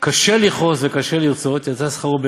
קשה לכעוס וקשה לרצות, יצא שכרו בהפסדו,